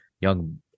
young